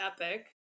epic